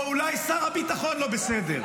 או אולי שר הביטחון לא בסדר.